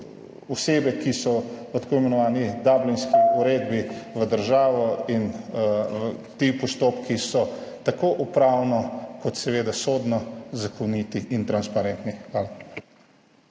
ki so, po tako imenovani Dublinski uredbi v državo. Ti postopki so tako upravno kot seveda tudi sodno zakoniti in transparentni. Hvala.